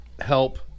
help